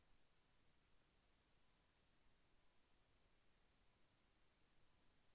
PM యోజన పధకం ప్రయోజనం ఏమితి?